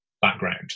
background